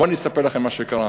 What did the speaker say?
בואו אני אספר לכם מה שקרה.